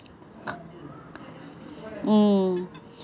mm